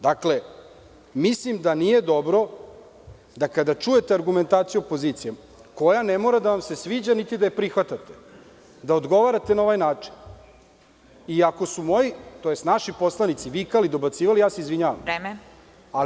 Dakle, mislim da nije dobro da, kada čujete argumentaciju opozicije, koja ne mora da vam se sviđa niti da je prihvatate, da odgovarate na ovaj način, i ako su naši poslanici vikali i dobacivali, izvinjavam se.